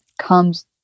comes